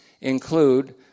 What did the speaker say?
include